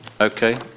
Okay